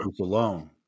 alone